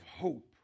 hope